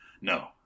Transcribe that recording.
no